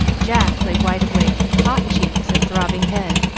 jack lay wide awake, with hot cheeks, and throbbing head,